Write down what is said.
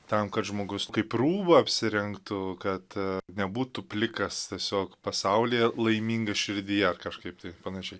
tam kad žmogus kaip rūbą apsirengtų kad a nebūtų plikas tiesiog pasaulyje laimingas širdyje kažkaip taip panašiai